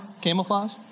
Camouflage